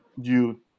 due